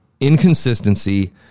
Inconsistency